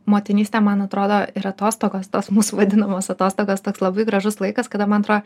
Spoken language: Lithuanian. motinystė man atrodo ir atostogos tos mūsų vadinamos atostogas toks labai gražus laikas kada man atrodo